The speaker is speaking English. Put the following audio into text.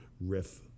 riff